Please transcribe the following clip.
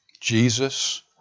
Jesus